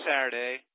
Saturday